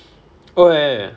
oh ya